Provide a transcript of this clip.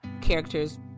characters